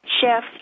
Chef